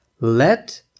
let